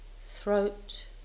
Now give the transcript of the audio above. throat